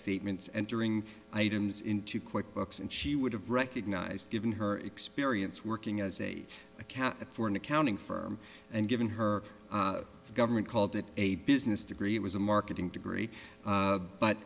statements entering items into quick books and she would have recognized given her experience working as a cat for an accounting firm and given her the government called it a business degree it was a marketing degree